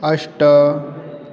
अष्ट